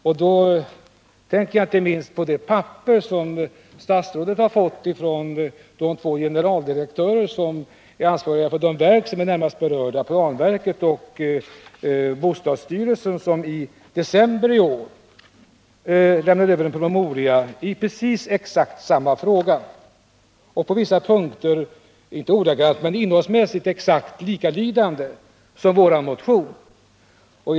Jag tänker då inte minst på det papper som statsrådet har fått från de två generaldirektörer som är ansvariga för de verk som är närmast berörda, planverket och bostadsstyrelsen. De lämnade i december förra året över en promemoria i denna fråga, där innehållet på vissa punkter är detsamma som i vår motion — låt vara att det inte är ordagrant detsamma.